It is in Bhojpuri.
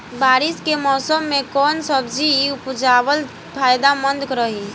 बारिश के मौषम मे कौन सब्जी उपजावल फायदेमंद रही?